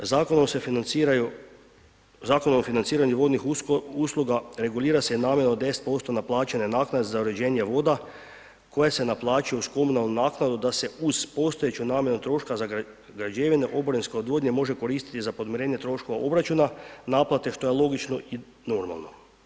Zakon se financiraju, Zakon o financiranju vodnih usluga regulira se i …/nerazumljivo/… naplaćene naknade za uređenje voda koje se naplaćuju uz komunalnu naknadu da se uz postojeću namjenu troška za građevine oborinske odvodnje može koristiti za podmirenje troškova obračuna naplate, što je logično i normalno.